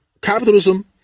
capitalism